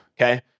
Okay